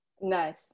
Nice